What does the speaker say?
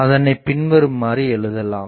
அதனை பின்வருமாற எழுதலாம்